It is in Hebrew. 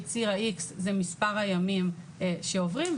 בציר ה-X זה מספר הימים שעוברים,